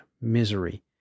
misery